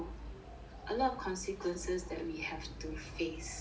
a lot of consequences that we have to face